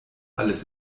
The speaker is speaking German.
alles